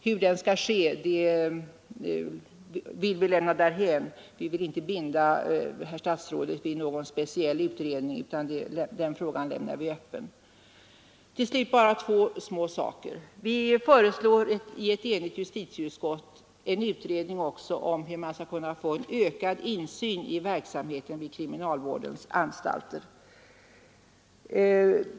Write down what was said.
Hur den skall ske vill vi lämna därhän; vi vill inte binda herr statsrådet vid någon speciell utredning, utan den frågan lämnar vi öppen. Till slut bara två små saker! Ett enigt justitieutskott föreslår också en utredning om hur man skall kunna få en ökad insyn i verksamheten vid kriminalvårdens anstalter.